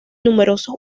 numerosos